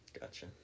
Gotcha